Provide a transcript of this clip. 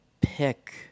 pick